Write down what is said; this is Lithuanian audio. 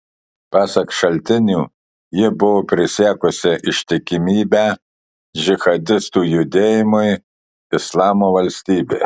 pasak šaltinių ji buvo prisiekusi ištikimybę džihadistų judėjimui islamo valstybė